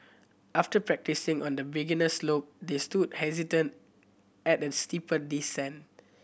after practising on the beginner slope they stood hesitated at a steeper descent